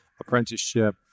apprenticeship